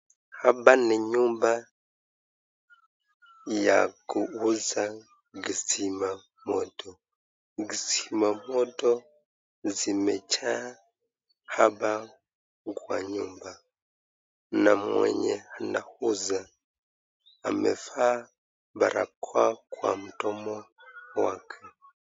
Hapa ni nyumba ya kuuza kizima moto. Kizima moto zimejaa hapa kwa nyumba na mwenye anauza amevaa barakoa kwa mdomo wake.